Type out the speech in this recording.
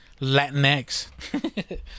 Latinx